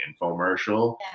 infomercial